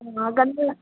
ಹಾಂ ಗಂಧ